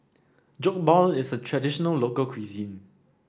Jokbal is a traditional local cuisine